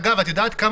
אגב, את כמה